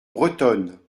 bretonne